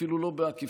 אפילו לא בעקיפין,